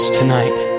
tonight